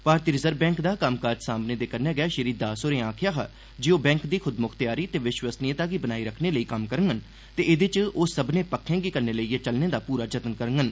भारती reserve bank दा कम्मकाज सांभने दे कन्नै गै श्री दास होरें आखेआ हा जे ओह बैंक दी ख्दम्ख्तयारी ते विश्वसनीयता गी बनाई रक्खने लेई कम्म करडन ते एहदे च ओह सब्भने क्खें गी कन्नै लेइयै चलने दा पूरा जतन करडन